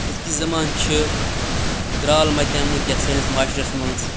أزکہِ زَمانہٕ چھِ درٛال مَتیٛامٕتۍ یَتھ سٲنِس معاشرَس منٛز